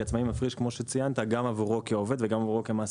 כי הוא מפריש גם עבורו כעובד וגם עבורו כמעסיק,